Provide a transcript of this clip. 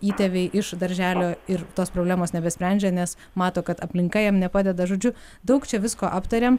įtėviai iš darželio ir tos problemos nebesprendžia nes mato kad aplinka jiem nepadeda žodžiu daug čia visko aptarėm